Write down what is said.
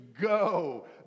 go